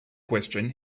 question